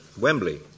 Wembley